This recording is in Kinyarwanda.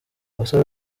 abasore